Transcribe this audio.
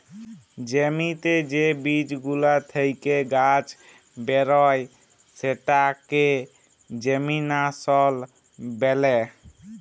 জ্যমিতে যে বীজ গুলা থেক্যে গাছ বেরয় সেটাকে জেমিনাসল ব্যলে